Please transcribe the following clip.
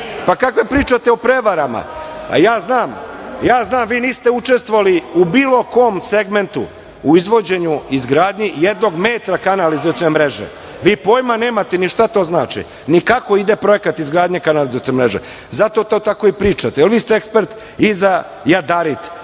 Pa, kako pričate o prevarama? Ja znam, vi niste učestvovali u bilo kom segmentu, u izvođenju izgradnji jednog metra kanalizacione mreže. Vi pojma nemate ni šta to znači, ni kako ide projekat izgradnje kanalizacione mreže, zato to tako i pričate. Vi ste ekspert i za jadarit,